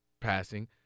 passing